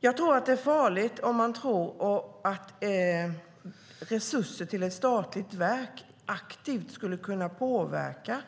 Det är farligt om man tror att resurser till ett statligt verk aktivt skulle kunna påverka